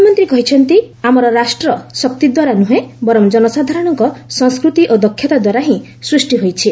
ପ୍ରଧାନମନ୍ତ୍ରୀ କହିଛନ୍ତି ଆମର ରାଷ୍ଟ୍ର ଶକ୍ତି ଦ୍ୱାରା ନୁହେଁ ବର୍ଚ ଜନସାଧାରଣଙ୍କ ସଂସ୍କୃତି ଓ ଦକ୍ଷତା ଦ୍ୱାରା ହିଁ ସୃଷ୍ଟି ହୋଇଛି